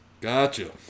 Gotcha